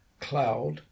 cloud